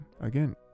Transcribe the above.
again